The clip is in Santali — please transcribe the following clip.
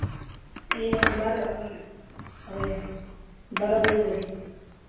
ᱤᱭᱟᱹ ᱵᱟᱨ ᱦᱳᱭ ᱵᱟᱨᱚ ᱵᱟᱡᱮ ᱫᱷᱟᱹᱵᱤᱡ